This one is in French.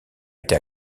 été